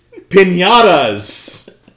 pinatas